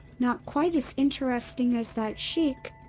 not quite as interesting as that sheik,